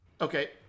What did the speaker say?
Okay